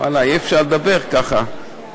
וואי, אי-אפשר לדבר ככה.